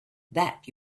that